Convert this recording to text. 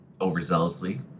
overzealously